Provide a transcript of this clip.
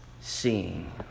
seeing